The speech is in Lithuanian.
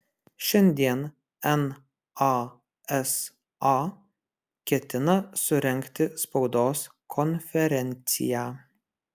šiandien nasa ketina surengti spaudos konferenciją